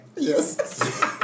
Yes